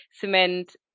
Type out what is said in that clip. cement